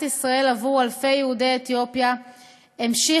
ישראל עבור אלפי יהודי אתיופיה המשיך,